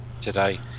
today